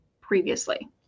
previously